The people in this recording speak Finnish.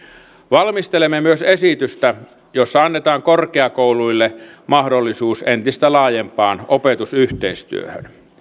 valmistelemme myös esitystä jossa annetaan korkeakouluille mahdollisuus entistä laajempaan opetusyhteistyöhön